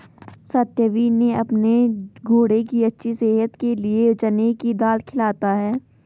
सत्यवीर ने अपने घोड़े की अच्छी सेहत के लिए चने की दाल खिलाता है